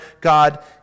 God